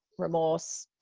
remorse,